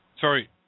Sorry